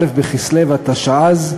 א' בכסלו התשע"ז,